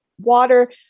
water